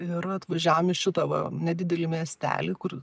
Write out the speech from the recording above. ir atvažiavom į šitą va nedidelį miestelį kur